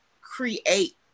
create